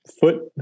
foot